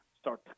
start